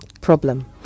problem